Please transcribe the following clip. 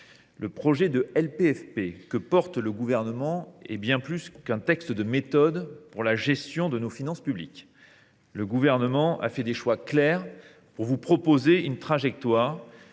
Le projet de LPFP est bien plus qu’un texte de méthode pour la gestion de nos finances publiques. Le Gouvernement a fait des choix clairs pour vous proposer une trajectoire